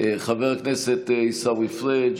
חבר הכנסת עיסאווי פריג',